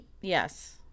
yes